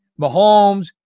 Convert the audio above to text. Mahomes